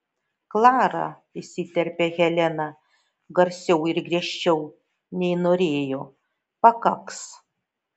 klara įsiterpia helena garsiau ir griežčiau nei norėjo pakaks